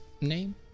name